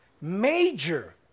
major